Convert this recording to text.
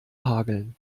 hageln